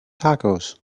tacos